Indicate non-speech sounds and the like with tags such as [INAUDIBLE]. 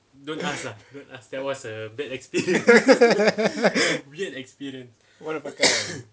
[LAUGHS] one of a kind